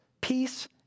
peace